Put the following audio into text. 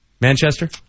Manchester